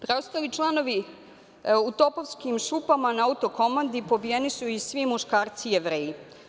Preostali članovi u Topovskim šupama na Autokomandi pobijeni su i svi muškarci Jevreji.